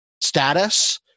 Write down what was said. status